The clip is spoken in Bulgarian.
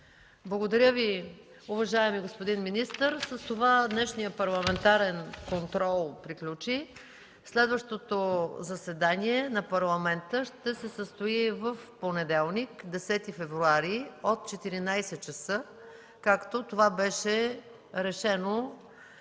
Благодаря Ви, уважаеми господин министър. С това днешният Парламентарен контрол приключи. Следващото заседание на Парламента ще се състои в понеделник – 10 февруари, от 14,00 ч., както това беше решено